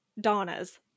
Donna's